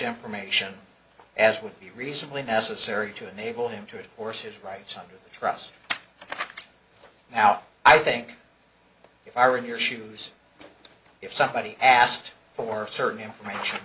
information as would be reasonably necessary to enable him to forces write some trust now i think if i read your shoes if somebody asked for certain information